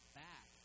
back